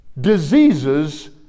Diseases